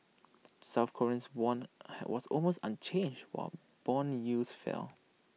South Koreans won was almost unchanged while Bond yields fell